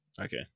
Okay